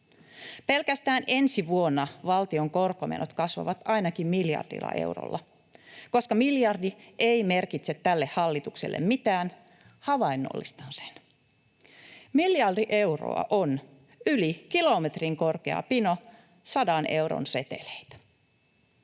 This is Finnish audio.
Pelkästään ensi vuonna valtion korkomenot kasvavat ainakin miljardilla eurolla, koska miljardi ei merkitse tälle hallitukselle mitään. Havainnollistan sen: miljardi euroa on yli kilometrin korkea pino sadan euron seteleitä.